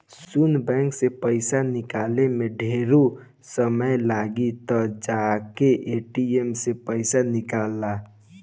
सुन बैंक से पइसा निकाले में ढेरे समय लागी त जाके ए.टी.एम से पइसा निकल ला